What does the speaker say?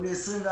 נוכל לסייע.